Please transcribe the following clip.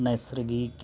नैसर्गिक